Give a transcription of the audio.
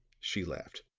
she laughed.